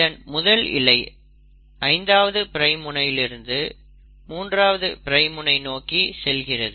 இதன் முதல் இழை 5ஆவது பிரைம் முனையிலிருந்து 3ஆவது பிரைம் முனை நோக்கி செல்கிறது